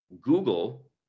Google